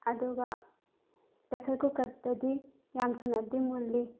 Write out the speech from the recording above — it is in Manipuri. ꯑꯗꯨꯒ ꯄ꯭ꯔꯦꯁꯔ ꯀꯨꯀꯔꯗꯗꯤ ꯌꯥꯝ ꯊꯨꯅꯗꯤ ꯃꯨꯜꯂꯤ